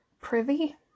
Privy